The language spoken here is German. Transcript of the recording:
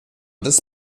des